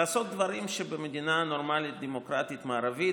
לעשות דברים שבמדינה נורמלית דמוקרטית מערבית